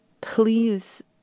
please